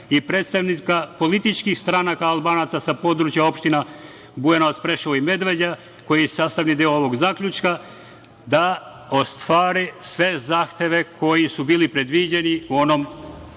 i predstavnika političkih stranaka Albanaca sa područja opština Bujanovac, Preševo i Medveđa, koji je sastavni deo ovog zaključka, da ostvari sve zahteve koji su bili predviđeni u onom,